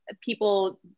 people